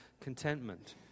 contentment